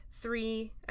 Three